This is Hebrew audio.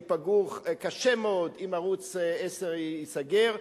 ייפגעו קשה מאוד אם ערוץ-10 ייסגר.